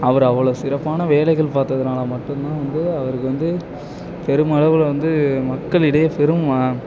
அவர் அவ்வளோ சிறப்பான வேலைகள் பார்த்ததுனால மட்டுந்தான் வந்து அவருக்கு வந்து பெருமளவில் வந்து மக்களிடையே பெரும்